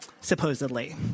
supposedly